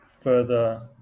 further